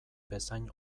bezain